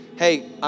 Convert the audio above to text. hey